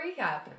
recap